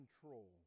control